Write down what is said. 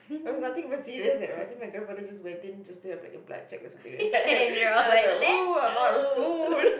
there was nothing even serious eh I think my grandfather just went in to have a blood check or something like that then I was like !woo! I'm out of school